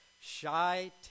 shy